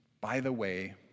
by-the-way